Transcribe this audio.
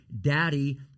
Daddy